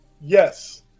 Yes